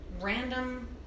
random